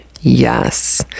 Yes